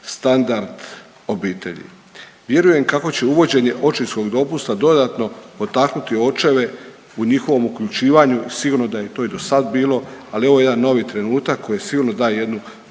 standard obitelji. Vjerujem kako će uvođenje očinskog dopusta dodatno potaknuti očeve u njihovom uključivanju, sigurno da je to i dosada bilo, ali ovo je jedan novi trenutak koji sigurno daje jednu